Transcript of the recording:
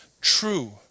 true